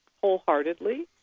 wholeheartedly